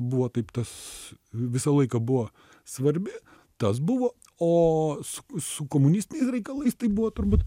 buvo taip tas visą laiką buvo svarbi tas buvo o su su komunistiniais reikalais tai buvo turbūt